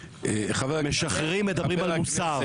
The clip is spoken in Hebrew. משחררים מדברים על מוסר.